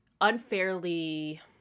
unfairly